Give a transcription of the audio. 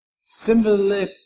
similarly